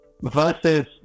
versus